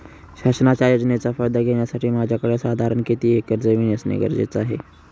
शासनाच्या योजनेचा फायदा घेण्यासाठी माझ्याकडे साधारण किती एकर जमीन असणे गरजेचे आहे?